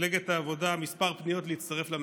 מפלגת העבודה, כמה פניות להצטרף לממשלה.